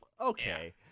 Okay